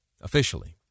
Officially